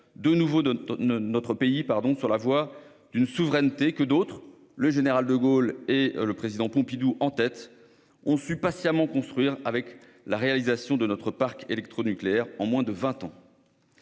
de nouveau notre pays sur la voie d'une souveraineté que d'autres- le général de Gaulle et le président Pompidou en tête -ont su patiemment bâtir en assurant la construction de notre parc électronucléaire en moins de vingt ans.